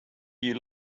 you